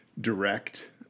direct